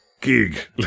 gig